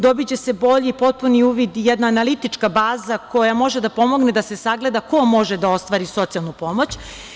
Dobiće se bolji, potpuni uvid i jedna analitička baza koja može da pomogne da se sagleda ko može da ostvari socijalnu pomoć.